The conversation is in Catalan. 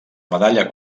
medalla